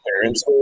parents